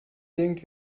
denkt